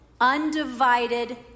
undivided